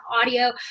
audio